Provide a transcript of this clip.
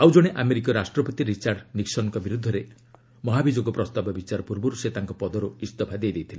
ଆଉ ଜଣେ ଆମେରିକୀୟ ରାଷ୍ଟ୍ରପତି ରିଚାର୍ଡ୍ ନିକ୍ୱନ୍ଙ୍କ ବିରୁଦ୍ଧରେ ମହାଭିଯୋଗ ପ୍ରସ୍ତାବ ବିଚାର ପୂର୍ବରୁ ସେ ତାଙ୍କ ପଦରୁ ଇସ୍ତଫା ଦେଇ ଦେଇଥିଲେ